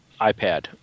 iPad